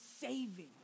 saving